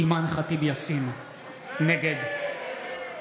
(חבר הכנסת נאור שירי יוצא מאולם המליאה.)